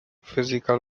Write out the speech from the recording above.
physical